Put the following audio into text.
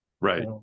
right